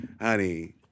honey